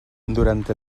durante